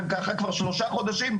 וככה זה כבר שלושה חודשים,